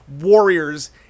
warriors